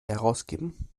herausgeben